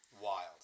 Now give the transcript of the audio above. Wild